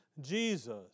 Jesus